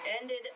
ended